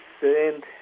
send